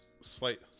slight